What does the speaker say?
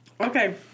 Okay